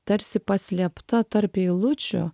tarsi paslėpta tarp eilučių